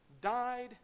died